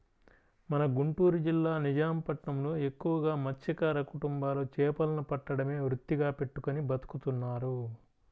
మన గుంటూరు జిల్లా నిజాం పట్నంలో ఎక్కువగా మత్స్యకార కుటుంబాలు చేపలను పట్టడమే వృత్తిగా పెట్టుకుని బతుకుతున్నారు